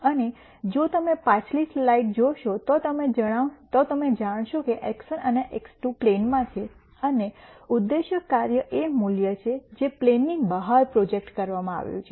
અને જો તમે પાછલી સ્લાઇડ જોશો તો તમે જાણશો કે x1 અને x2 પ્લેનમાં છે અને ઉદ્દેશ્ય કાર્ય એ મૂલ્ય છે જે પ્લેનની બહાર પ્રોજેક્ટ કરવામાં આવ્યું છે